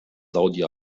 saudi